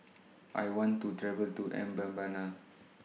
I want to travel to Mbabana